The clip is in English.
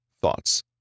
Thoughts